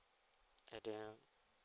adam